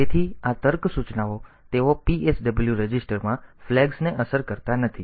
તેથી આ તર્ક સૂચનાઓ તેઓ PSW રજિસ્ટરમાં ફ્લેગ્સને અસર કરતા નથી